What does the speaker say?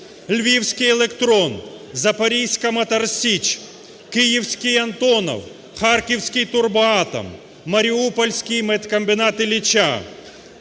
Львівський "Електрон", Запорізька "Мотор Січ", Київський "Антонов", Харківський "Турбоатом", Маріупольський меткомбінат Ілліча,